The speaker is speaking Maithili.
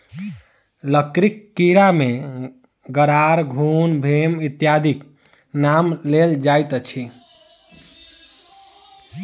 लकड़ीक कीड़ा मे गरार, घुन, भेम इत्यादिक नाम लेल जाइत अछि